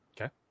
Okay